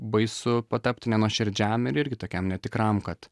baisu patapti nenuoširdžiam ir irgi tokiam netikram kad